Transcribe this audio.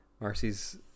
Marcy's